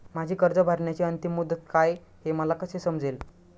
माझी कर्ज भरण्याची अंतिम मुदत काय, हे मला कसे समजेल?